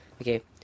okay